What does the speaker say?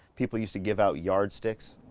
people used to give out yard sticks.